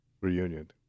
reunion